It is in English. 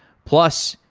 plus,